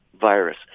virus